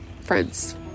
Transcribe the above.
friends